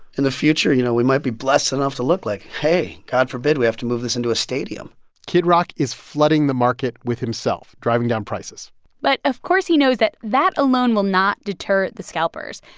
in the future, you know, we might be blessed enough to look like hey, god forbid we have to this into a stadium kid rock is flooding the market with himself, driving down prices but of course he knows that that alone will not deter the scalpers.